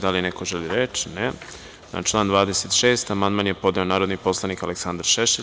Da li neko želi reč? (Ne) Na član 26. amandman je podneo narodni poslanik Aleksandar Šešelj.